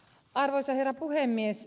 arvoisa herra puhemies